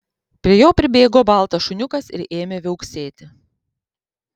prie jo pribėgo baltas šuniukas ir ėmė viauksėti